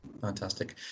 fantastic